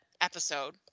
episode –